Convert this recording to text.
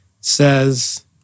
says